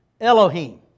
Elohim